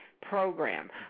program